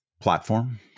Platform